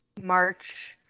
march